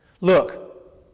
look